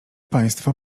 państwo